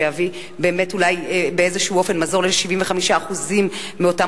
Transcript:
שאולי תביא באמת באיזה אופן מזור ל-75% מאותם